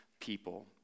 people